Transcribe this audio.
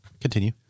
continue